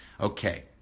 Okay